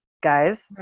guys